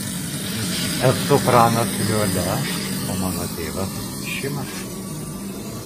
esu pranas liuolia o mano tėvas šimas